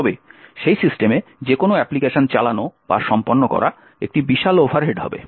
তবে সেই সিস্টেমে যে কোনও অ্যাপ্লিকেশন চালানো বা সম্পন্ন করা একটি বিশাল ওভারহেড হবে